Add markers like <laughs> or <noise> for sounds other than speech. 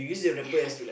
yeah <laughs>